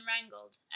wrangled